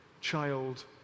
child